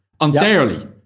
Entirely